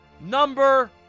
number